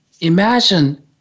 imagine